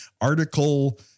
article